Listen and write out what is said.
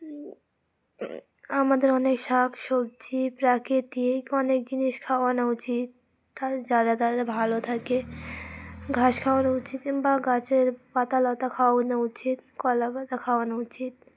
আমাদের অনেক শাক সবজি প্রাকৃতিক অনেক জিনিস খাওয়ানো উচিত যারা তা ভালো থাকে ঘাস খাওয়ানো উচিত কিং বাা গাছের পাতাালতা খাওয়ানো উচিত কলা পাতা খাওয়ানো উচিত